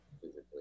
physically